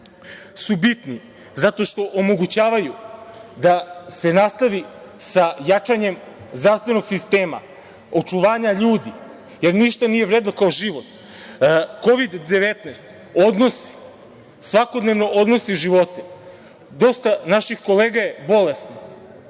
su bitni zato što omogućavaju da se nastavi sa jačanjem zdravstvenog sistema, očuvanja ljudi, jer ništa nije vredno kao život. Kovid-19 svakodnevno odnosi živote. Dosta naših kolega je bolesno,